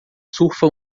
surfa